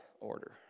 order